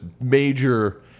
major